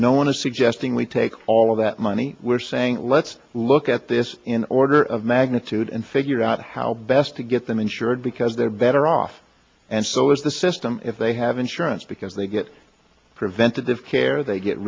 suggesting we take all of that money we're saying let's look at this in order of magnitude and figure out how best to get them insured because they're better off and so is the system if they have insurance because they get preventative care they get